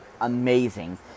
amazing